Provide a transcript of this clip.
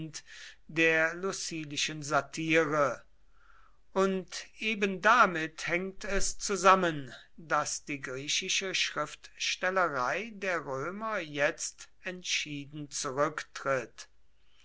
der lucilischen satire und ebendamit hängt es zusammen daß die griechische schriftstellerei der römer jetzt entschieden zurücktritt